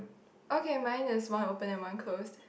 okay mine is one open and one close